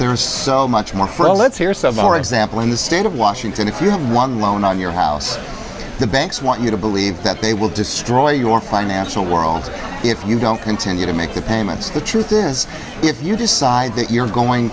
some more example in the state of washington if you have one loan on your house the banks want you to believe that they will destroy your financial world if you don't continue to make the payments the truth is if you decide that you're going